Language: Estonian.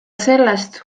sellest